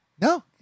no